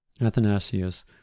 Athanasius